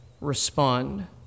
respond